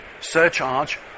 surcharge